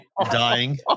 dying